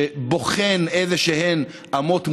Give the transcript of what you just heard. שבוחן איזשהן אמות מוסר,